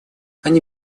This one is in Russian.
они